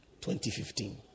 2015